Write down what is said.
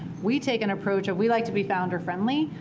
we take an approach of, we like to be founder-friendly.